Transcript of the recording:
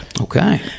Okay